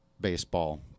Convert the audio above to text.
baseball